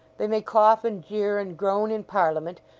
they may cough and jeer, and groan in parliament,